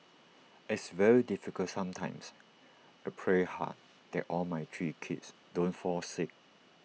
it's very difficult sometimes I pray hard that all my three kids don't fall sick